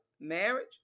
marriage